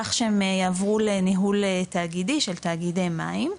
כך שהם יעבור לניהול תאגידי של תאגידי מים.